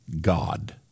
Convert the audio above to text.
God